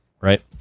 Right